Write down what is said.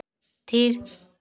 ᱛᱷᱤᱨ